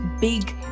big